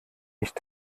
nicht